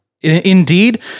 Indeed